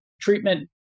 treatment